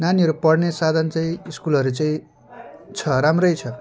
नानीहरू पढ्ने साधन चाहिँ स्कुलहरू चाहिँ छ राम्रै छ